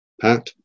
Pat